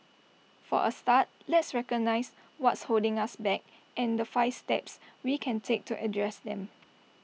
for A start let's recognise what's holding us back and the five steps we can take to address them